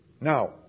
Now